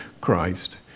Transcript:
Christ